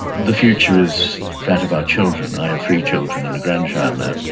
the future is that of our children. i have three children and a grandchild now,